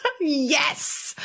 Yes